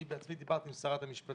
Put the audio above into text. ואני בעצמי דיברתי עם שרת המשפטים.